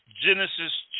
Genesis